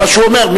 זה מה שהוא אומר.